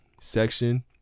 section